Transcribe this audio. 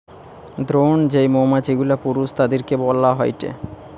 drone যেই মৌমাছি গুলা পুরুষ তাদিরকে বইলা হয়টে